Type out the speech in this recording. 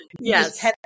Yes